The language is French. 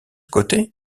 côté